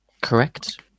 Correct